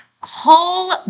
whole